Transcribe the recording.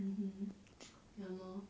mmhmm ya lor